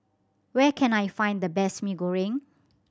where can I find the best Mee Goreng